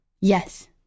Yes